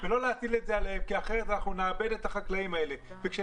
לא להטיל את זה עליהם כי אחרת אנחנו נאבד את החקלאים האלה וכאשר